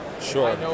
Sure